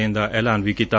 ਦੇਣ ਦਾ ਐੱਲਾਨ ਵੀ ਕੀਤੀ